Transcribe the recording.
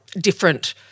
different